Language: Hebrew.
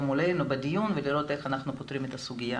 מולנו בדיון ולראות איך אנחנו פותרים את הסוגיה